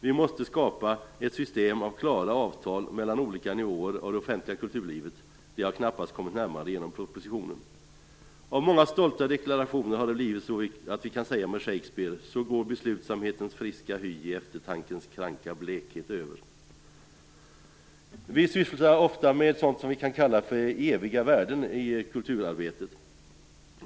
Vi måste skapa ett system med klara avtal mellan olika nivåer av det offentliga kulturlivet. Vi har knappast kommit närmare genom propositionen. Av många stolta deklarationer har det blivit så att vi kan säga med Shakespeare: "Så går beslutsamhetens friska hy i eftertankens kranka blekhet över." Vi sysslar ofta med sådant som kan kallas eviga värden i kulturarbetet.